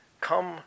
come